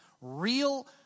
real